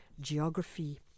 geography